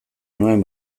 nuen